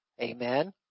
Amen